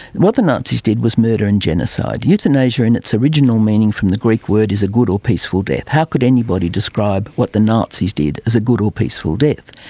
and what the nazis did was murder and genocide. euthanasia in its original meaning from the greek word is a good or peaceful death. how could anybody describe what the nazis did as a good or peaceful death?